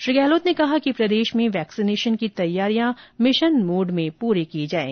श्री गहलोत ने कहा कि प्रदेश में वैक्सीनेशन की तैयारियां मिशन मोड में पूरी की जाएं